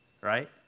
right